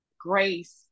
grace